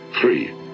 Three